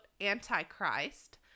Antichrist